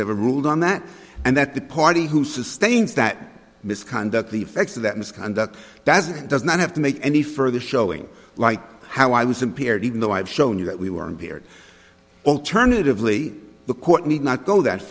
ever ruled on that and that the party who sustains that misconduct the effects of that misconduct that's it does not have to make any further showing like how i was impaired even though i've shown you that we weren't here alternatively the court need not go that